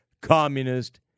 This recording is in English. communist